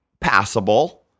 passable